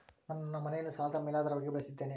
ನಾನು ನನ್ನ ಮನೆಯನ್ನ ಸಾಲದ ಮೇಲಾಧಾರವಾಗಿ ಬಳಸಿದ್ದಿನಿ